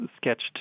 sketched